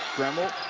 gremmel,